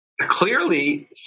clearly